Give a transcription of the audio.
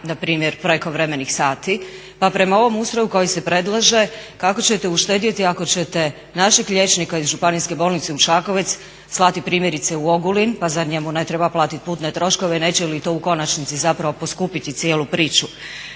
na primjer prekovremenih sati. Pa prema ovom ustroju koji se predlaže kako ćete uštedjeti ako ćete našeg liječnika iz Županijske bolnice u Čakovec slati primjerice u Ogulin. Pa zar njemu ne treba platiti putne troškove? Neće li to u konačnici zapravo poskupiti cijelu priču.